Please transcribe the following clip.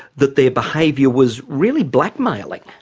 that their behaviour was really blackmailing.